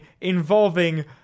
involving